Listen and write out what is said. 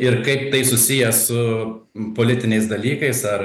ir kaip tai susiję su politiniais dalykais ar